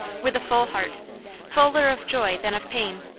with a full heart fuller of joy than of pain,